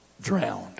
drowned